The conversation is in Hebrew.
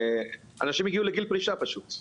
אנשים הגיעו לגיל פרישה פשוט.